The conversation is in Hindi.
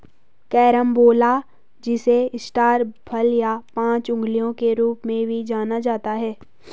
कैरम्बोला जिसे स्टार फल या पांच अंगुलियों के रूप में भी जाना जाता है